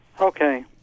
Okay